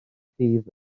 llif